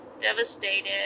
devastated